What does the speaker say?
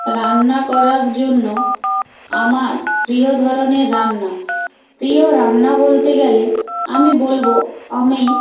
রান্না করার জন্য আমার প্রিয় ধরনের রান্না প্রিয় রান্না বলতে গেলে আমি বলবো আমি